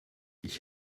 ich